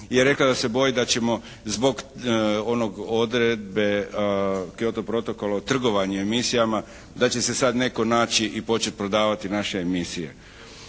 je rekla da se boji da ćemo zbog onog odredbe Kyoto protokola o trgovanju emisijama da će se sad netko naći i početi prodavati naše emisije.